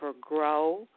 grow